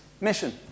mission